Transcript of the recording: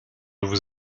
vous